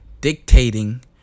dictating